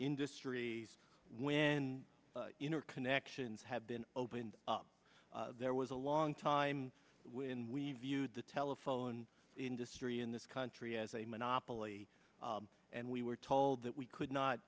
industries when inner connections have been opened up there was a long time when we viewed the telephone industry in this country as a monopoly and we were told that we could not